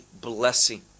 blessing